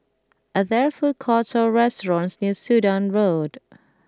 are there food courts or restaurants near Sudan Road